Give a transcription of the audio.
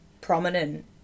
prominent